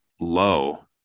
low